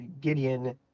Gideon